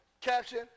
caption